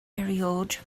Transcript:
erioed